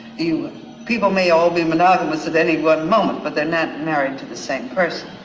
you know people may all be monogamous at any one moment, but they're not married to the same person.